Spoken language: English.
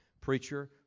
Preacher